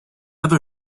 other